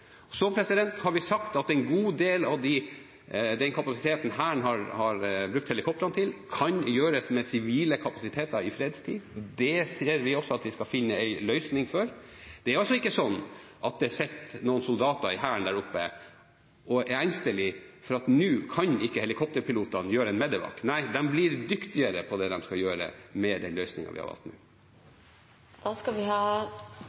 Så har vi sagt at en god del av den kapasiteten Hæren har helikoptrene til, kan gjøres med sivile kapasiteter i fredstid. Det skal vi finne en løsning for. Det er ikke slik at det sitter noen soldater i Hæren der oppe og er engstelige for at helikopterpilotene ikke kan gjøre en MEDEVAK. Nei, de blir dyktigere til det de skal gjøre, med den løsningen vi har valgt. Da har vi